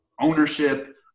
ownership